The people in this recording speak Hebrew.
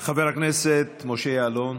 חבר הכנסת משה יעלון,